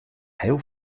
heel